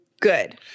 Good